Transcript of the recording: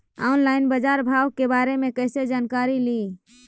Online बाजार भाव के बारे मे कैसे जानकारी ली?